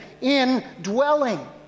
indwelling